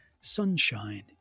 sunshine